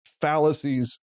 fallacies